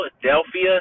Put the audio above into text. Philadelphia